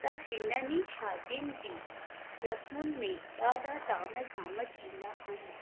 त हिननि ई शादियुनि जी रस्मुनि में ॾाढा ताम झाम थींदा आहिन